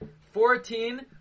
Fourteen